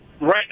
right